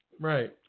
Right